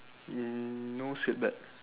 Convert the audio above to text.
um no seatbelt